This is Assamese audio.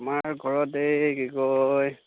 আমাৰ ঘৰত এই কি কয়